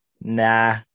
Nah